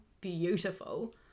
Beautiful